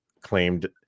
claimed